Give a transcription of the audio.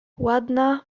ładna